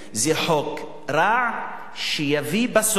זה חוק רע שיביא בסוף,